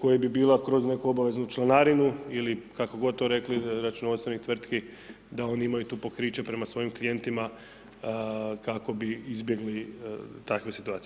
koja bi bila kroz nekakvu obaveznu članarinu ili kako god to rekli računovodstvenih tvrtki da oni imaju tu pokriće prema svojim klijentima, kako bi izbjegli takve situacije.